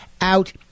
out